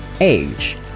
age